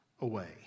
away